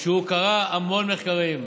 שקרא המון מחקרים,